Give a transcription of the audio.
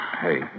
hey